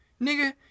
Nigga